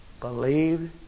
Believed